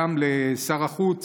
גם לשר החוץ